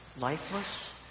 lifeless